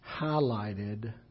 highlighted